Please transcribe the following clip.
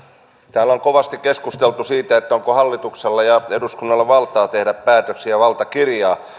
täällä on kovasti keskusteltu siitä onko hallituksella ja eduskunnalla valtaa tehdä päätöksiä valtakirjaa